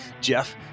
Jeff